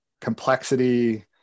complexity